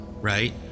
right